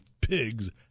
pigs